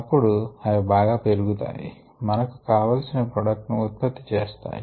అపుడు అవి బాగా పెరుగుతాయి మంకు కావలిసిన ప్రోడక్ట్ ను ఉత్పత్తి చేస్తాయి